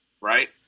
right